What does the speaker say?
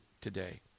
today